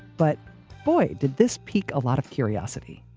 but boy did this pique a lot of curiosity